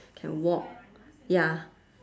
can walk ya